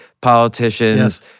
politicians